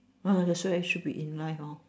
ah that's why it should be in life hor